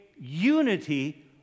unity